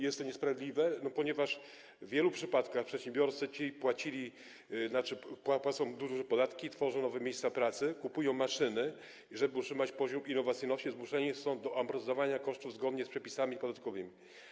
Jest to niesprawiedliwe, ponieważ w wielu przypadkach przedsiębiorcy ci płacili, płacą duże podatki, tworzą nowe miejsca pracy, kupują maszyny, żeby utrzymać poziom innowacyjności, zmuszeni są do angażowania kosztów zgodnie z przepisami podatkowymi.